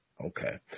okay